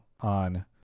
on